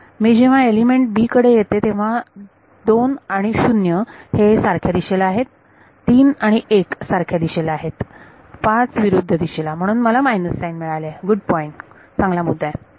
मी जेव्हा element b कडे येते तेव्हा 2 आणि 0 हे सारख्या दिशेला आहेत 3 आणि 1 सारख्या दिशेला आहेत 5 विरुद्ध दिशेला म्हणून मला मायनस साईन मिळाले गुड पॉईंट चांगला मुद्दा